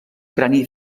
crani